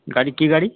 ଗାଡ଼ି କି ଗାଡ଼ି